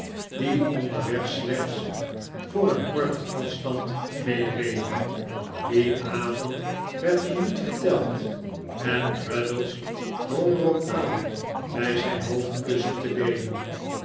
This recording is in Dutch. die onderweg slechts voor een korten afstand meereden dien avond werd er niet verteld en traddles drong er op aan mij zijn hoofdkussen te leenen